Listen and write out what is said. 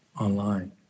online